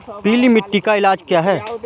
पीली मिट्टी का इलाज क्या है?